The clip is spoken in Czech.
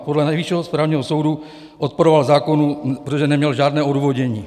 Podle Nejvyššího správního soudu odporoval zákonu, protože neměl žádné odůvodnění.